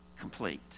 complete